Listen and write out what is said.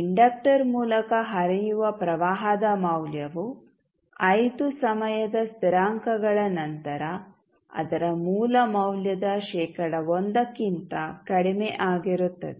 inductor ಮೂಲಕ ಹರಿಯುವ ಪ್ರವಾಹದ ಮೌಲ್ಯವು 5 ಸಮಯದ ಸ್ಥಿರಾಂಕಗಳ ನಂತರ ಅದರ ಮೂಲ ಮೌಲ್ಯದ ಶೇಕಡಾ 1 ಕ್ಕಿಂತ ಕಡಿಮೆ ಆಗಿರುತ್ತದೆ